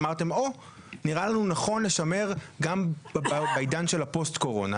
אמרתם שנראה לכם נכון לשמר גם בעידן של הפוסט קורונה?